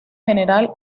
general